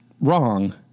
wrong